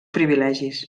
privilegis